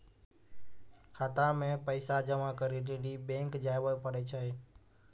खाता मे पैसा जमा करै लेली बैंक जावै परै छै